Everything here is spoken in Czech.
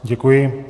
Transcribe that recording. Děkuji.